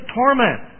torment